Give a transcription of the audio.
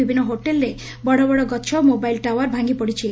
ବିଭିନୁ ହୋଟେଲରେ ବଡ ବଡ ଗଛ ମୋବାଇଲ ଟାଓ୍ୱାର ଭାଙ୍ଗିପଡିଛି